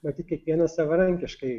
matyt kiekvienas savarankiškai